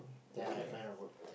ya I find a work